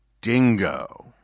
dingo